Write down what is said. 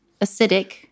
acidic